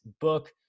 book